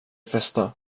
festa